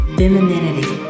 femininity